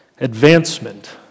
advancement